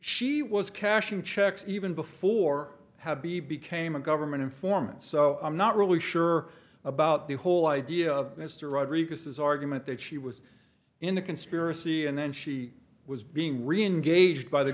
she was cashing checks even before how b became a government informant so i'm not really sure about the whole idea of mr rodriguez his argument that she was in a conspiracy and then she was being reengaged by the